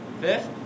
fifth